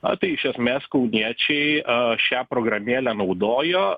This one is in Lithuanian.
a tai iš esmės kauniečiai a šią programėlę naudojo